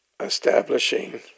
Establishing